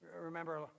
Remember